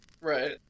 right